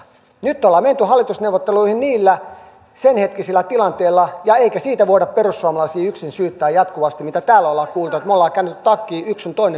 nyt ollaan menty hallitusneuvotteluihin niillä sen hetkisillä tilanteilla eikä siitä voida perussuomalaisia yksin syyttää jatkuvasti mitä täällä on kuultu että me olemme kääntäneet takkia yks sun toinen päivä